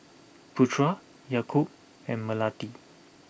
Putra Yaakob and Melati